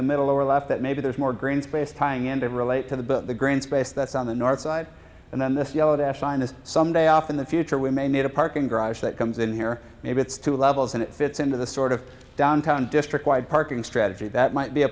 the middle or left that maybe there's more green space tying into relate to the green space that's on the north side and then this yellow dash line is some day off in the future we may need a parking garage that comes in here maybe it's two levels and it fits into the sort of downtown district wide parking strategy that might be a